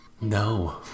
no